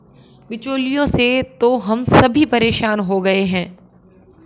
बिचौलियों से तो हम सभी परेशान हो गए हैं